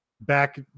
back